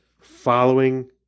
following